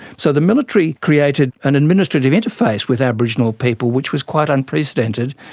so the military created an administrative interface with aboriginal people which was quite unprecedented,